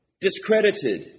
discredited